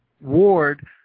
ward